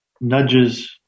nudges